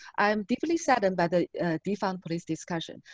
i'm deeply saddened by the defund police discussion.